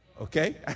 okay